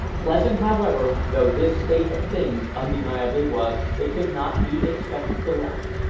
pleasant however, though this state of things undeniably was, it could not be expected to last.